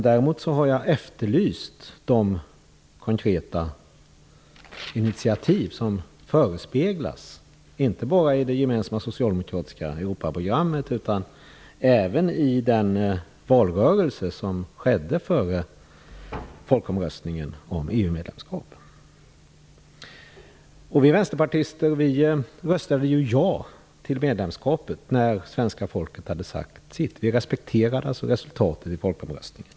Däremot har jag efterlyst de konkreta initiativ som har förespeglats, inte bara i det gemensamma socialdemokratiska Europaprogrammet utan även i valrörelsen före folkomröstningen om EU-medlemskapet. Vi vänsterpartister röstade ja till medlemskapet när svenska folket hade sagt sitt. Vi respekterade alltså resultatet i folkomröstningen.